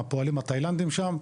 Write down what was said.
עם הפועלים התאילנדים שם,